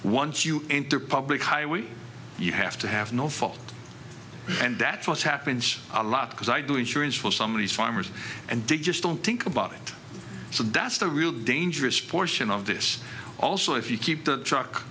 once you enter public highway you have to have no fault and that's what happens a lot because i do insurance for some of these farmers and diggers don't think about it so that's the real dangerous portion of this also if you keep the truck